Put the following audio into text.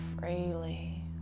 freely